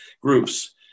groups